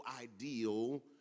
ideal